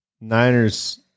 Niners